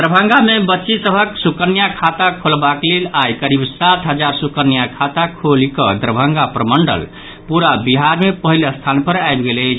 दरभंगा मे बच्ची सभक सुकन्या खाता खोलबाक लेल आई करीब सात हजार सुकन्या खाता खोलि कऽ दरभंगा प्रमंडल पूरा बिहार मे पहिल स्थान पर आबि गेल अछि